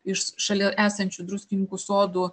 iš šalia esančių druskininkų sodų